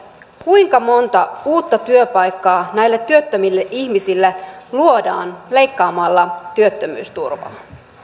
kuinka monta uutta työpaikkaa näille työttömille ihmisille luodaan leikkaamalla työttömyysturvaa